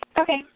Okay